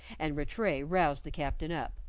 and rattray roused the captain up.